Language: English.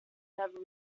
never